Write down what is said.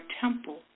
temple